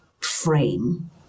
frame